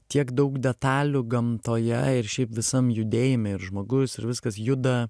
tiek daug detalių gamtoje ir šiaip visam judėjime ir žmogus ir viskas juda